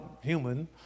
human